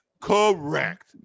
Correct